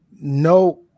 no